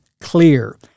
clear